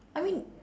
I mean